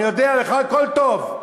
אני יודע, לך הכול טוב.